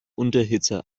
unterhitze